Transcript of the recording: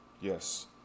Yes